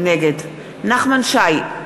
נגד נחמן שי,